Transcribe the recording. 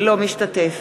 אינו משתתף